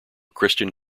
christian